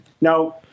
Now